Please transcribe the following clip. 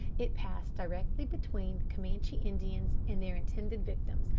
it passed directly between the camanchee indians and their intended victims,